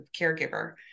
caregiver